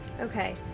Okay